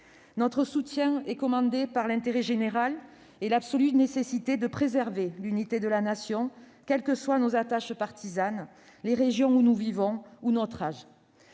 Notre soutien est commandé par l'intérêt général et l'absolue nécessité de préserver l'unité de la Nation, quels que soient nos attaches partisanes, les régions où nous vivons, ou notre âge,